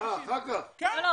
דסטה גדי יברקן: הכוונה שאחר כך,